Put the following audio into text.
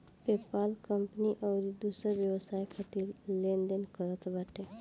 PayPal company अउरी दूसर व्यवसाय खातिर लेन देन करत बाटे